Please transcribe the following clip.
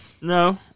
No